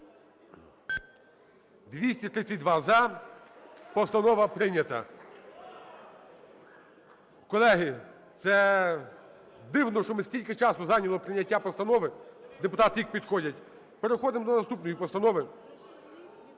За-232 Постанова прийнята. Колеги, це дивно, що стільки часу зайняло прийняття постанови. Депутати тільки підходять. Переходимо до наступної постанови.